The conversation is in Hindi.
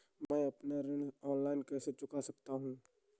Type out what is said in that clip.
मैं अपना ऋण ऑनलाइन कैसे चुका सकता हूँ?